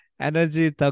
Energy